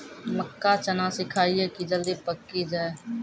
मक्का चना सिखाइए कि जल्दी पक की जय?